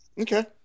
Okay